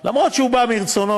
אף שהוא בא מרצונו,